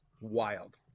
Wild